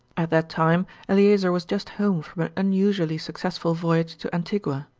at that time eleazer was just home from an unusually successful voyage to antigua.